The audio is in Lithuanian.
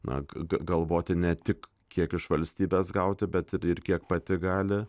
na gal galvoti ne tik kiek iš valstybės gauti bet ir kiek pati gali